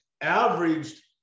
averaged